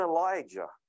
Elijah